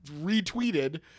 retweeted